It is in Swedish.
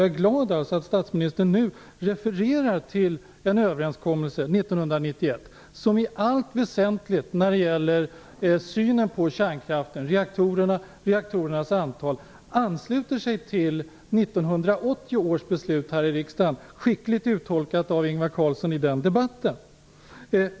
Jag är glad att statsministern refererar till 1991 års överenskommelse, som i allt väsentligt i fråga om synen på kärnkraften och antalet reaktorer ansluter sig till 1980 års beslut i riksdagen -- skickligt uttolkat av Ingvar Carlsson i den debatten.